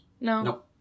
No